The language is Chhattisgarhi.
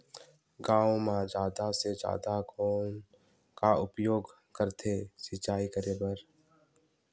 गांव म जादा से जादा कौन कर उपयोग करथे सिंचाई करे बर?